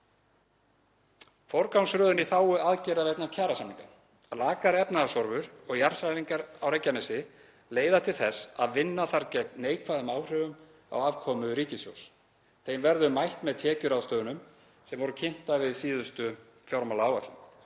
Forgangsröðun í þágu aðgerða vegna kjarasamninga, lakari efnahagshorfur og jarðhræringar á Reykjanesi leiða til þess að vinna þarf gegn neikvæðum áhrifum á afkomu ríkissjóðs. Þeim verður mætt með tekjuráðstöfunum sem voru kynntar við síðustu fjármálaáætlun.